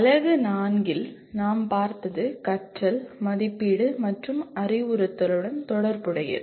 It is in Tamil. அலகு 4 இல் நாம் பார்த்தது கற்றல் மதிப்பீடு மற்றும் அறிவுறுத்தலுடன் தொடர்புடையது